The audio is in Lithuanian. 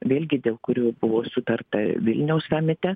vėlgi dėl kurių buvo sutarta vilniaus samite